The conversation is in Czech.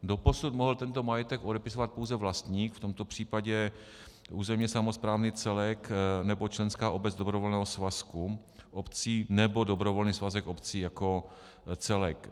Doposud mohl tento majetek odepisovat pouze vlastník, v tomto případě územně samosprávný celek nebo členská obec dobrovolného svazku obcí nebo dobrovolný svazek obcí jako celek.